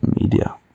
media